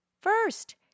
First